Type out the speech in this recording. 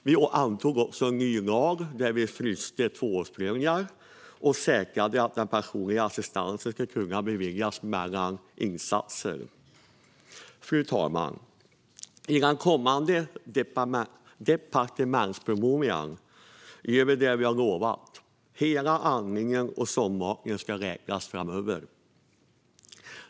Riksdagen antog också en ny lag som innebar att tvåårsprövningar frystes och att det säkrades att personlig assistans ska kunna beviljas mellan insatser. Fru talman! I den kommande departementspromemorian gör vi det vi har lovat: Hela andningen och sondmatningen ska räknas framöver.